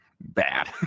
bad